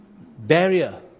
barrier